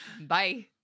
Bye